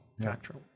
factual